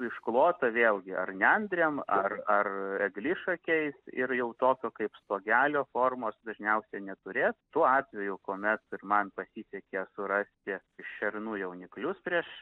išklota vėlgi ar nendrėm ar ar eglišakiais ir jau tokio kaip stogelio formos dažniausiai neturės tuo atveju kuomet ir man pasisekė surasti šernų jauniklius prieš